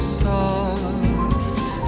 soft